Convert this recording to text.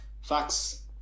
Facts